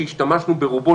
שהשתמשנו ברובו,